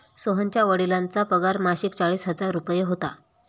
सोहनच्या वडिलांचा पगार मासिक चाळीस हजार रुपये होता